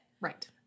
Right